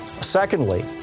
Secondly